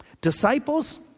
Disciples